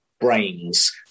brains